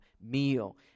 meal